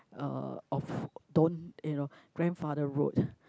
uh of don't you know grandfather road